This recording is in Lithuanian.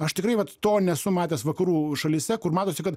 aš tikrai vat to nesu matęs vakarų šalyse kur matosi kad